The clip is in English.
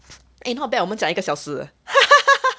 eh not bad 我们讲一个小时了